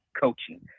coaching